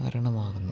കാരണമാകുന്നു